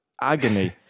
agony